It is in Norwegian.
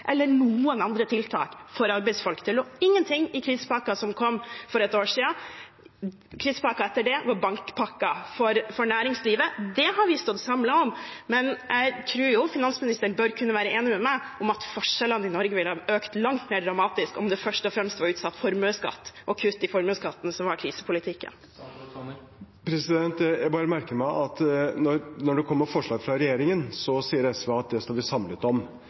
andre tiltak for arbeidsfolk lå det ingenting i krisepakken som kom for et år siden. Krisepakken etter det var bankpakken for næringslivet. Det har vi stått samlet om, men jeg tror finansministeren bør kunne være enig med meg i at forskjellene i Norge ville økt langt mer dramatisk om det først og fremst var utsatt formuesskatt og kutt i formuesskatten som var krisepolitikken. Jeg bare merker meg at når det kommer forslag fra regjeringen, sier SV at det står vi samlet om,